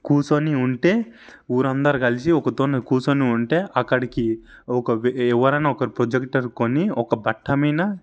కూర్చొని ఉంటే ఊరందరూ కలిసి ఒకతోని కూర్చొని ఉంటే అక్కడికి ఒక ఎవరైనా ఒక ప్రొజెక్టర్ కొని ఒక బట్ట మీన